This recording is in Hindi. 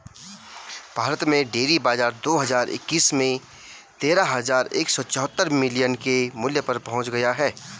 भारत में डेयरी बाजार दो हज़ार इक्कीस में तेरह हज़ार एक सौ चौहत्तर बिलियन के मूल्य पर पहुंच गया